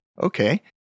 Okay